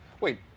Wait